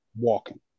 walking